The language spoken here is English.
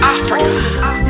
Africa